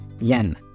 yen